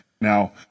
Now